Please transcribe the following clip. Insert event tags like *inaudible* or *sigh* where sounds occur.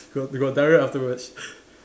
you got you got diarrhoea afterwards *laughs*